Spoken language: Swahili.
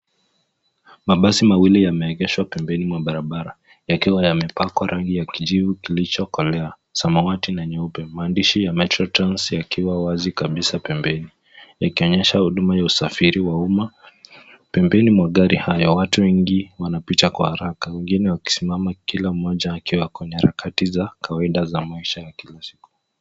Mabasi mawil yameegeshwa pembeni mwa barabara yakiwa yamepakwa rangi ya kijivu kilichokolea, samawati na nyeupe. Maandishi ya Metro Trans yakiwa wazi kabisa pembeni, ikionyesha huduma ya usafiri wa umma. Pembeni mwa gari hayo watu wengi wanapita kwa haraka, wengine wakisimama kila mmoja akiwa kwenye harakati za kawaida za maisha ya kila siku.